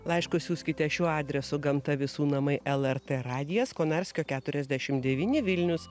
laiškus siųskite šiuo adresu gamta visų namai lrt radijas konarskio keturiasdešimt devyni vilnius